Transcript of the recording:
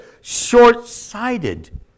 short-sighted